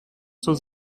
zur